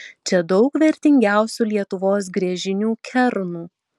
čia daug vertingiausių lietuvos gręžinių kernų